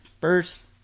first